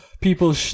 people